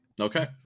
Okay